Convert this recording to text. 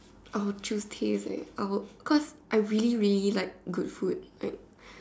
I'll choose taste eh I will cause I really really really like good food like